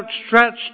outstretched